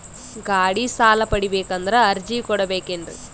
ಗಾಡಿ ಸಾಲ ಪಡಿಬೇಕಂದರ ಅರ್ಜಿ ಕೊಡಬೇಕೆನ್ರಿ?